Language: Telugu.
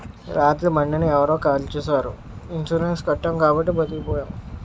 రాత్రి బండిని ఎవరో కాల్చీసారు ఇన్సూరెన్సు కట్టాము కాబట్టి బతికిపోయాము